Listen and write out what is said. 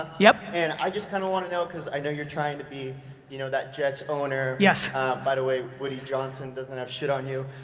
yeah and i just kind of want to know because i know you're trying to be you know that jets owner, by the way, william johnson doesn't have shit on you.